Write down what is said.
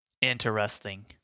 Interesting